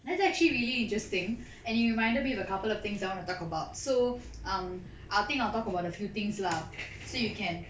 that's actually really interesting and you reminded me of a couple of things I want to talk about so um I'll think I'll talk about a few things lah so you can